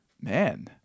man